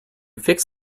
fix